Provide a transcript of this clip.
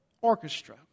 orchestra